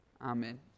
Amen